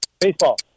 Baseball